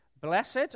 blessed